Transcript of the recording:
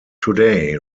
today